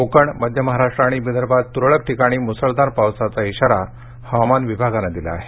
कोकण मध्य महाराष्ट्र आणि विदर्भात तुरळक ठिकाणी मुसळधार पावसाचा इशारा हवामान विभागान दिला आहे